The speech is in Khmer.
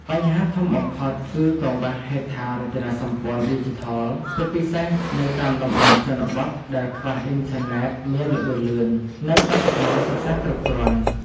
បញ្ហាធំបំផុតគឺ កង្វះហេដ្ឋារចនាសម្ព័ន្ធឌីជីថល ជាពិសេសនៅតាមតំបន់ជនបទដែលខ្វះអ៊ីនធឺណិតមានល្បឿនលឿន និងឧបករណ៍សិក្សាគ្រប់គ្រាន់។